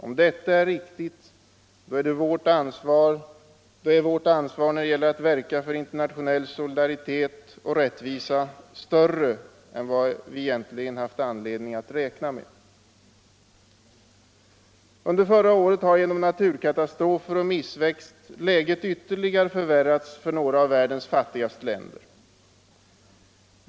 Om detta är riktigt, då är vårt ansvar när det gäller att verka för internationell solidaritet och rättvisa större än vad vi egentligen haft anledning att räkna med. Under förra året har genom naturkatastrofer och missväxt läget ytterligare förvärrats för några av världens fattigaste länder.